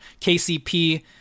KCP